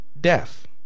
Death